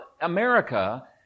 America